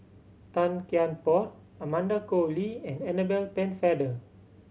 Tan Kian Por Amanda Koe Lee and Annabel Pennefather